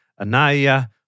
Anaya